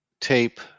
tape